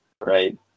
Right